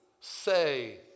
say